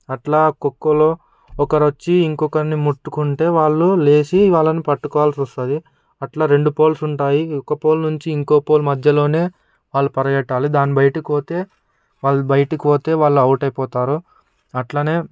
అట్లా కోకోలో ఒకరు వచ్చి ఇంకొకరిని ముట్టుకుంటే వాళ్ళు లేచి వాళ్ళను పట్టుకోవాల్సి వస్తుంది అట్ల రెండు పోల్స్ ఉంటాయి ఒక పోల్ నుంచి ఇంకో పోల్ మధ్యలోనే వాళ్ళు పరిగెట్టాలి దాని బయటికి పోతే వాళ్ళు బయటికి పోతే వాళ్ల అవుట్ అయిపోతారు అట్లనే